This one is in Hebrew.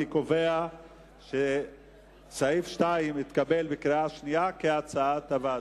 אני קובע שסעיף 2 התקבל בקריאה שנייה כהצעת הוועדה.